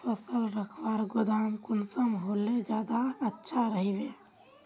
फसल रखवार गोदाम कुंसम होले ज्यादा अच्छा रहिबे?